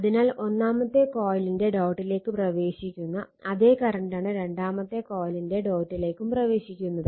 അതിനാൽ ഒന്നാമത്തെ കൊയിലിന്റെ ഡോട്ടിലേക്ക് പ്രവേശിക്കുന്ന അതേ കറണ്ടാണ് രണ്ടാമത്തെ കൊയിലിന്റെ ഡോട്ടിലേക്കും പ്രവേശിക്കുന്നത്